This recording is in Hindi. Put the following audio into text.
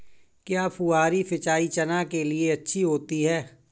क्या फुहारी सिंचाई चना के लिए अच्छी होती है?